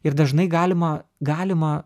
ir dažnai galima galima